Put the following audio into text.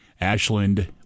Ashland